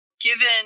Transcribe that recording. Given